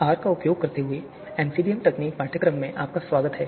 पाठ्यक्रम में आपका स्वागत है एमसीडीएम तकनीक आर का उपयोग कर रही है